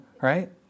right